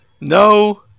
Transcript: No